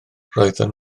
roedden